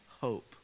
hope